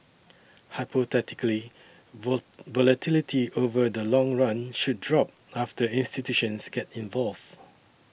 hypothetically volatility over the long run should drop after institutions get involved